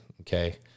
Okay